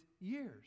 years